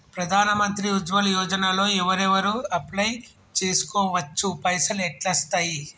ప్రధాన మంత్రి ఉజ్వల్ యోజన లో ఎవరెవరు అప్లయ్ చేస్కోవచ్చు? పైసల్ ఎట్లస్తయి?